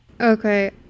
okay